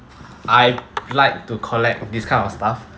I like to collect this kind of stuff